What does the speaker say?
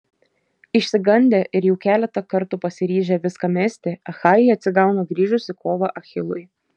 išsigandę ir jau keletą kartų pasiryžę viską mesti achajai atsigauna grįžus į kovą achilui